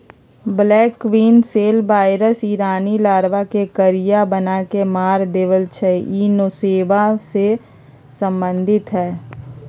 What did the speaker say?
black queen cell virus इ रानी larva के करिया बना के मार देइ छइ इ नेसोमा से सम्बन्धित हइ